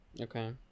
Okay